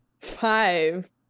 Five